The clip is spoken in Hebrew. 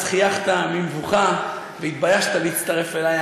אז חייכת במבוכה והתביישת להצטרף אלי.